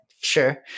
sure